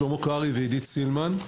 שלמה קרעי ועידית סילמן.